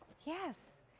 yes.